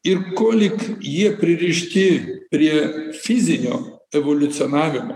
ir ko lyg jie pririšti prie fizinio evoliucionavimo